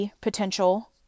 potential